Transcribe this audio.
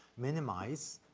minimize,